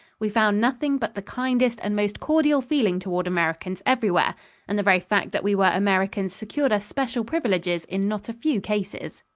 we found nothing but the kindest and most cordial feeling toward americans everywhere and the very fact that we were americans secured us special privileges in not a few cases.